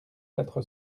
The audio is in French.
quatre